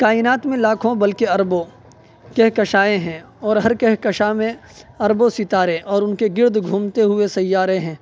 کائنات میں لاکھوں بلکہ اربوں کہکشائیں ہیں اور ہر کہکشاں میں اربوں ستارے اور ان کے گرد گھومتے ہوئے سیارے ہیں